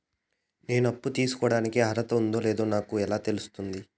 నేను అప్పు తీసుకోడానికి అర్హత ఉందో లేదో నాకు ఎలా తెలుస్తుంది?